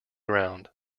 ground